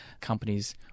companies